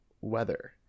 weather